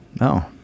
No